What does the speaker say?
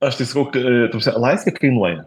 aš tai sakau ta prasme laisvė kainuoja